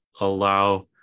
allow